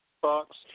Fox